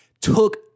took